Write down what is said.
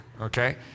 okay